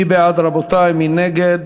מי בעד, רבותי, מי נגד?